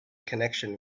connection